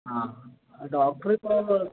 ആ ഡോക്ടറിപ്പോൾ